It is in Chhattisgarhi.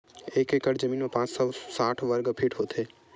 एक एकड़ जमीन मा पांच सौ साठ वर्ग फीट होथे